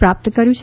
પ્રાપ્ત કર્યું છે